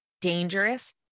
dangerous